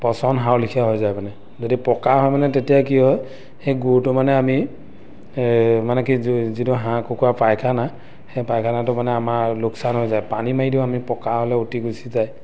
পচন সাৰৰ লেখীয়া হৈ যায় মানে যদি পকা হয় মানে তেতিয়া কি হয় সেই গুটো মানে আমি মানে কি যিটো হাঁহ কুকুৰাৰ পাইখানা সেই পাইখানাটো মানে আমাৰ লোকচান হৈ যায় পানী মাৰি দিওঁ আমি পকা হ'লে উটি গুচি যায়